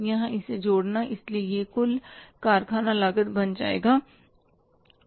यहां इसे जोड़ना इसलिए यह कुल कारखाना लागत बन जाएगा